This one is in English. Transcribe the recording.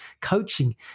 Coaching